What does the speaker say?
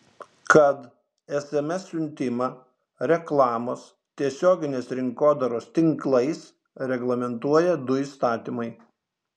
kad sms siuntimą reklamos tiesioginės rinkodaros tinklais reglamentuoja du įstatymai